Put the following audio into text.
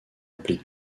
appelé